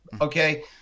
Okay